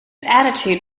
attitude